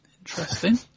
Interesting